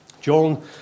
John